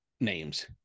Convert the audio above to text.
names